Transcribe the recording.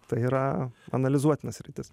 tai yra analizuotina sritis